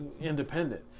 independent